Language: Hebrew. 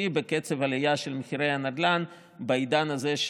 בקצב העלייה של מחירי הנדל"ן בעידן הזה,